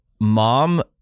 mom